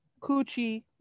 Coochie